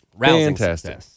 Fantastic